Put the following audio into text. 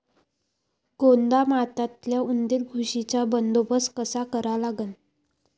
गोदामातल्या उंदीर, घुशीचा बंदोबस्त कसा करा लागन?